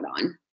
on